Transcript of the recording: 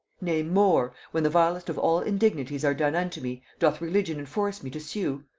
nay more, when the vilest of all indignities are done unto me, doth religion enforce me to sue?